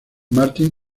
martin